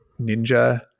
ninja